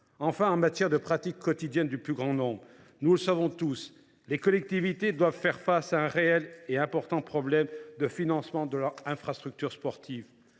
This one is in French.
Enfin, en matière de pratique quotidienne du plus grand nombre, nous le savons tous, les collectivités doivent faire face à un réel et important problème de financement de leurs infrastructures sportives.